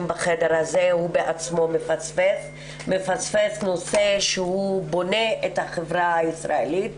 בחדר הזה הוא בעצמו מפספס נושא שבונה את החברה הישראלית,